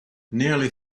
nearly